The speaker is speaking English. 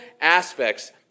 aspects